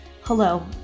Hello